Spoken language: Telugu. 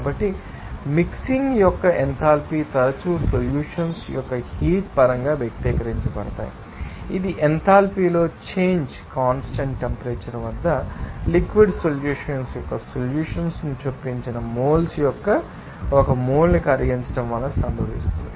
కాబట్టి మిక్సింగ్ యొక్క ఎంథాల్పీలు తరచూ సొల్యూషన్స్ యొక్క హీట్ పరంగా వ్యక్తీకరించబడతాయి ఇది ఎంథాల్పీలో చేంజ్ కాన్స్టాంట్ టెంపరేచర్ వద్ద లిక్విడ్ సొల్యూషన్స్ యొక్క సొల్యూషన్స్ చొప్పించిన మోల్స్ యొక్క ఒక మోల్ను కరిగించడం వలన సంభవిస్తుంది